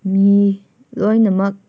ꯃꯤ ꯂꯣꯏꯅꯃꯛ